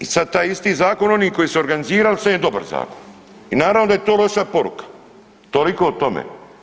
I sad taj isti Zakon oni koji su organizirali, sad je dobar Zakon i naravno da je to loša poruka, toliko o tome.